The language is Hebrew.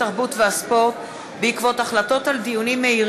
התרבות והספורט בעקבות דיון מהיר